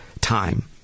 time